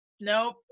Nope